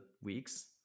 weeks